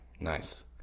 Nice